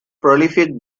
prolific